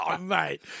Mate